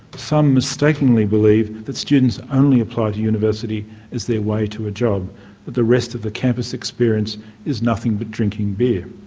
some mistakenly believe that students only apply to university as their way to a job the rest of the campus experience is nothing but drinking beer.